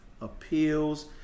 appeals